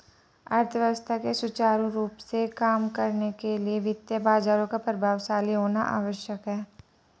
अर्थव्यवस्था के सुचारू रूप से काम करने के लिए वित्तीय बाजारों का प्रभावशाली होना आवश्यक है